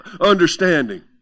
understanding